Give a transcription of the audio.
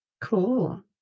Cool